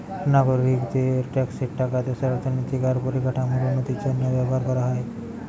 নাগরিকদের ট্যাক্সের টাকা দেশের অর্থনৈতিক আর পরিকাঠামোর উন্নতির জন্য ব্যবহার কোরা হয়